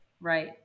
Right